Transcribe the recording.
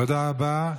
תודה רבה.